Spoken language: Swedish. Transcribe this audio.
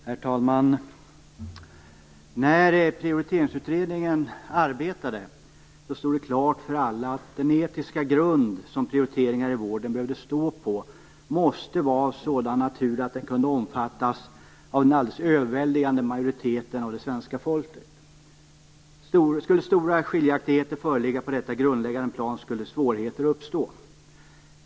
Herr talman! När Prioriteringsutredningen arbetade stod det klart för alla att den etiska grund som prioriteringar i vården behövde stå på måste vara av sådan natur att den kunde omfattas av en alldeles överväldigande majoritet av svenska folket. Om stora skiljaktigheter förelåg på detta grundläggande plan skulle svårigheter uppstå.